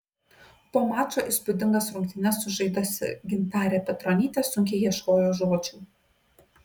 po mačo įspūdingas rungtynes sužaidusi gintarė petronytė sunkiai ieškojo žodžių